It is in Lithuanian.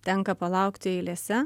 tenka palaukti eilėse